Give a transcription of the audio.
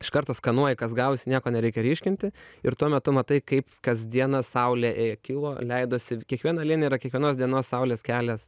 iš karto skanuoji kas gavosi nieko nereikia ryškinti ir tuo metu matai kaip kasdieną saulė kilo leidosi kiekviena linija yra kiekvienos dienos saulės kelias